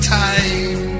time